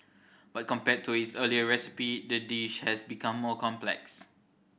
but compared to its earlier recipe the dish has become more complex